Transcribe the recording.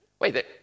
wait